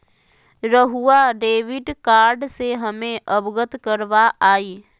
रहुआ debit card से हमें अवगत करवाआई?